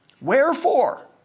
Wherefore